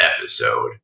episode